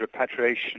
repatriation